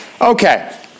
Okay